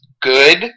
good